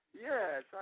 Yes